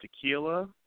tequila